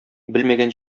белмәгән